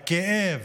הפינוי, הכאב